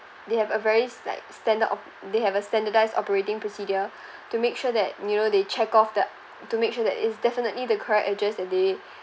they have a very like standard of they have a standardized operating procedure to make sure that you know they check off the to make sure that is definitely the correct address that they